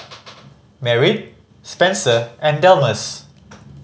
Merritt Spenser and Delmus